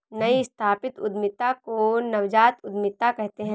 नई स्थापित उद्यमिता को नवजात उद्दमिता कहते हैं